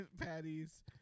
patties